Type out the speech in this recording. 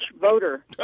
voter